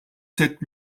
sept